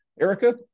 Erica